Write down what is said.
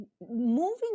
Moving